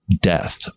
death